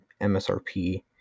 MSRP